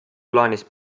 plaanis